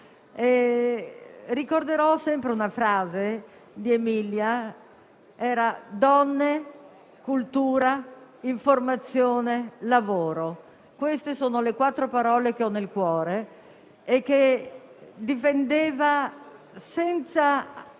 Ricorderò sempre una frase di Emilia: «Donne, cultura, informazione, lavoro». Queste sono le quattro parole che ho nel cuore e che difendeva senza